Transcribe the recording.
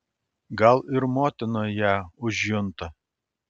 gal ir motina ją užjunta